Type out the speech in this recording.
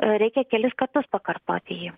reikia kelis kartus pakartoti jį